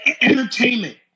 Entertainment